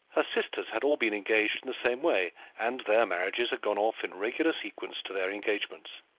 her sisters had all been engaged in the same way, and their marriages had gone off in regular sequence to their engagements.